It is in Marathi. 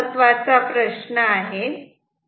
हा फार महत्वाचा प्रश्न आहे